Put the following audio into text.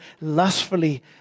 lustfully